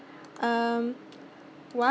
um